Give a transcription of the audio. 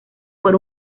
por